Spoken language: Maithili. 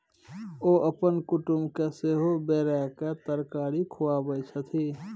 ओ अपन कुटुमके सेहो बोराक तरकारी खुआबै छथि